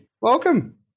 Welcome